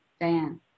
Diane